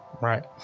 Right